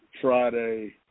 Friday